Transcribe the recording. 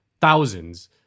thousands